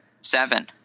Seven